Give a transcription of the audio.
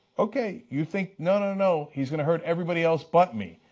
okay, you think no no no, he's going to hurt everybody else but me,